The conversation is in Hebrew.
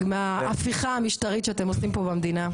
מההפיכה המשטרית שאתם עושים פה במדינה.